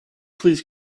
please